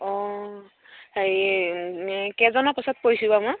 অঁ হেৰি এই কেইজনৰ পাছত পৰিছোঁ বা মই